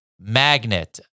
Magnet